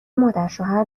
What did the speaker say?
مادرشوهر